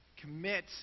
commit